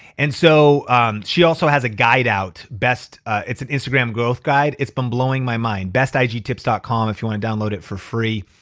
and so she also has a guide out. it's an instagram growth guide. it's been blowing my mind bestigtips dot com if you wanna download it for free.